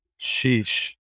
Sheesh